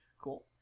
Cool